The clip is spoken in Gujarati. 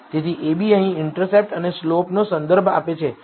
તેથી ab અહીં ઇન્ટરસેપ્ટ અને સ્લોપનો સંદર્ભ આપે છે